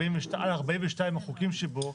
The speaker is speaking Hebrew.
על 42 החוקים שבו,